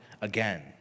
again